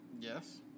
Yes